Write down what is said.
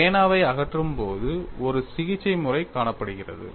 பேனாவை அகற்றப்படும் போது ஒரு சிகிச்சைமுறை காணப்படுகிறது